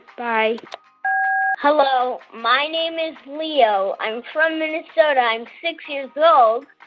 bye hello, my name is leo. i'm from minnesota. i'm six years old.